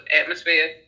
atmosphere